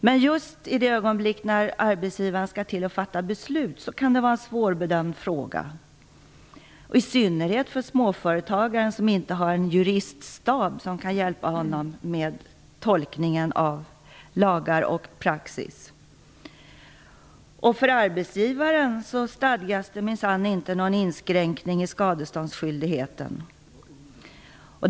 Men just i det ögonblick när arbetsgivaren skall till att fatta beslut kan det vara en svårbedömd fråga, i synnerhet för småföretagaren, som inte har en juriststab som kan hjälpa honom med tolkningen av lagar och praxis. För arbetsgivaren stadgas det minsann inte någon inskränkning i skadeståndsskyldigheten.